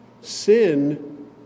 Sin